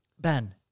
Ben